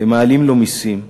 ומעלים לו מסים.